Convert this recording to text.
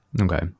Okay